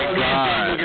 god